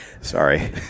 Sorry